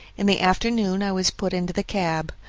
in the afternoon i was put into the cab.